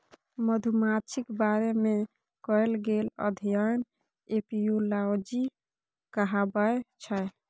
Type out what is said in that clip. मधुमाछीक बारे मे कएल गेल अध्ययन एपियोलाँजी कहाबै छै